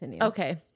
Okay